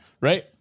right